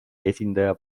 esindaja